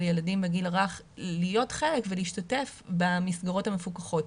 ילדים בגיל הרך להיות חלק ולהשתתף במסגרות המפוקחות.